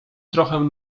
trochę